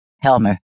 Helmer